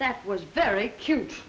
that was very cute